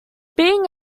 being